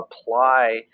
apply